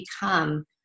become